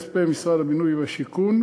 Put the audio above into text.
כספי משרד הבינוי והשיכון,